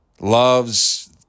loves